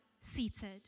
seated